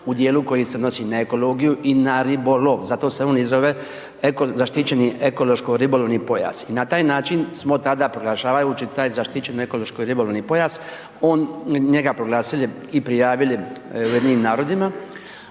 u dijelu koji se odnosi na ekologiju i na ribolov, zato se i on zove zaštićeni ekološko ribolovni pojas i na taj način smo tada proglašavajući taj zaštićeni ekološko ribolovni pojas, on, njega proglasili i prijavili UN-u, a